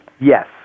Yes